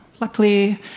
Luckily